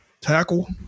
Tackle